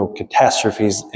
catastrophes